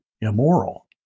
immoral